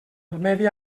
medi